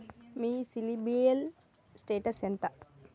మీ CIBIL status ఎంత?